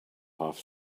half